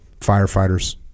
firefighters